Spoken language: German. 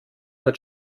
hat